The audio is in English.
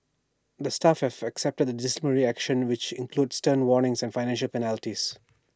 the staff have accepted the disciplinary actions which includes stern warnings and financial penalties